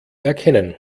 erkennen